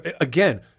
again